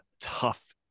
tough